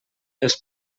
els